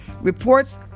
reports